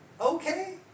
okay